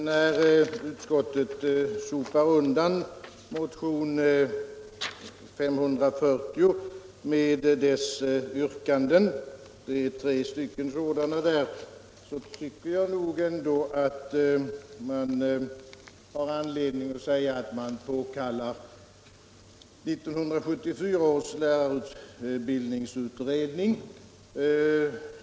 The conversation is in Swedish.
Herr talman! När utskottet sopar undan motion 540 och dess tre yrkanden på det sätt som sker i betänkandet tycker jag nog ändå att man har anledning att säga att utskottet påkallar 1974 års lärarutbildningsutredning.